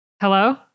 hello